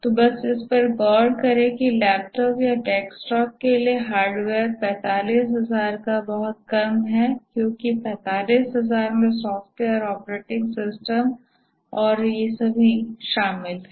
तो बस इस पर गौर करें कि लैपटॉप या डेस्कटॉप के लिए हार्डवेयर 45000 का बहुत कम है क्योंकि 45000 में सॉफ़्टवेयर ऑपरेटिंग सिस्टम और भी शामिल है